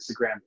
Instagram